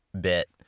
bit